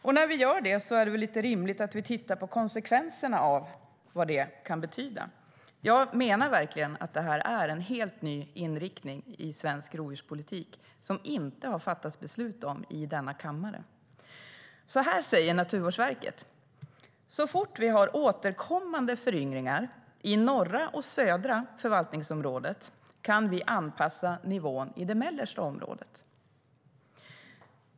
Och när vi gör det är det väl lite rimligt att vi tittar på konsekvenserna av det. Jag menar verkligen att det här är en helt ny inriktning i svensk rovdjurspolitik som det inte har fattats beslut om i denna kammare. Så här säger Naturvårdsverket: Så fort vi har återkommande föryngringar i norra och södra förvaltningsområdet kan vi anpassa nivån i det mellersta området.